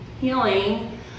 healing